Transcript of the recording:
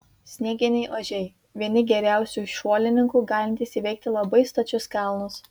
snieginiai ožiai vieni geriausių šuolininkų galintys įveikti labai stačius kalnus